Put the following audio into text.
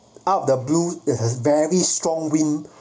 out the blue it has very strong wind